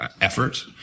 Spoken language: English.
effort